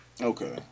Okay